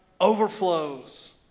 overflows